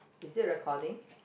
is it recording